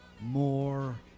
more